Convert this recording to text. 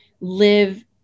live